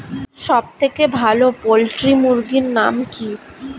সবথেকে ভালো পোল্ট্রি মুরগির নাম কি?